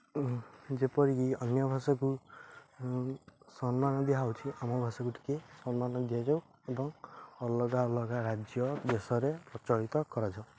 ଯେପରିକି ଅନ୍ୟ ଭାଷାକୁ ସମ୍ମାନ ଦିଆହେଉଛି ଆମ ଭାଷାକୁ ଟିକିଏ ସମ୍ମାନ ଦିଆଯାଉ ଏବଂ ଅଲଗା ଅଲଗା ରାଜ୍ୟ ଦେଶରେ ପ୍ରଚଳିତ କରାଯାଉ